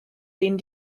denen